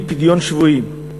היא פדיון שבויים.